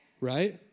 right